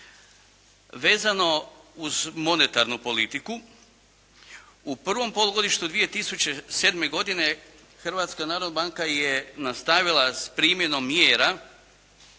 Vezano uz monetarnu politiku u prvom polugodištu 2007. godine Hrvatska narodna banka je nastavila s primjenom mjera